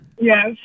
Yes